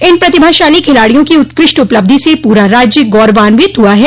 इन प्रतिभाशाली खिलाड़ियों की उत्कृष्ट उपलब्धि से पूरा राज्य गौरवान्वित हुआ है